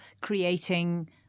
creating